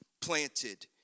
planted